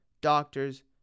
doctors